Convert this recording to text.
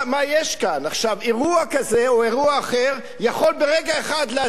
אירוע כזה או אירוע אחר יכול ברגע אחד להדליק פה את כל האזור.